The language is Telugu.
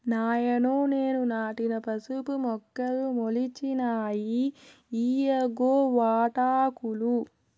నాయనో నేను నాటిన పసుపు మొక్కలు మొలిచినాయి ఇయ్యిగో వాటాకులు